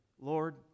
Lord